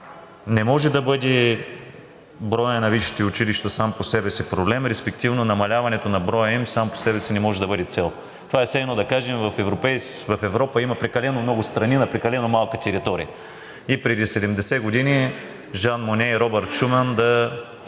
не може да бъде броят на висшите училища сам по себе си проблем, респективно намаляването на броя им само по себе си не може да бъде цел. Това е все едно да кажем: в Европа има прекалено много страни на прекалено малка територия и преди 70 години Жан Моне и Робърт Шуман да